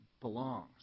belongs